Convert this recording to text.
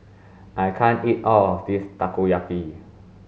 I can't eat all of this Takoyaki